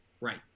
Right